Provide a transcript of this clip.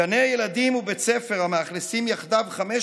גני ילדים ובית ספר המאכלסים יחדיו 500